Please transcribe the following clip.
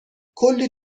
کلی